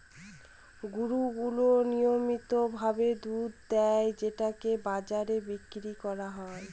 গরু গুলো নিয়মিত ভাবে দুধ দেয় যেটাকে বাজারে বিক্রি করা হয়